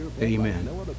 amen